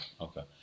okay